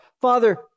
Father